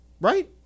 Right